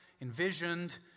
envisioned